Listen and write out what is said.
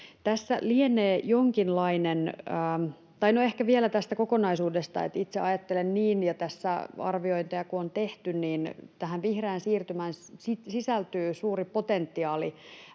asiansa vauhdilla. Ehkä vielä tästä kokonaisuudesta, että itse ajattelen niin, kun tässä arviointeja on tehty, että tähän vihreään siirtymään sisältyy suuri potentiaali